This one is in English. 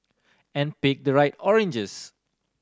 and pick the right oranges